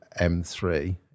m3